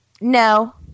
No